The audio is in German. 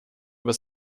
über